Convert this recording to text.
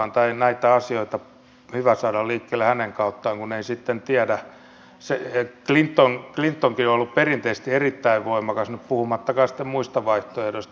olisikohan näitä asioita hyvä saada liikkeelle hänen kauttaan kun ei sitten tiedä clintonkin on ollut perinteisesti erittäin voimakas puhumattakaan sitten muista vaihtoehdoista